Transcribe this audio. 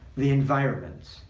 the environment,